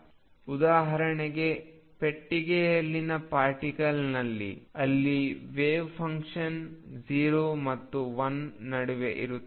ಉದಾಹರಣೆಗೆ ಪೆಟ್ಟಿಗೆಯಲ್ಲಿನ ಪಾರ್ಟಿಕಲ್ ಅಲ್ಲಿ ವೆವ್ಫಂಕ್ಷನ್ 0 ಮತ್ತು l ನಡುವೆ ಇರುತ್ತದೆ